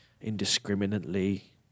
indiscriminately